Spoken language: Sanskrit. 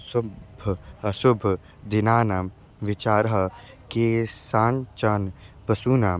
शुभाशुभ दिनानां विचारः केषाञ्चन पशूनाम्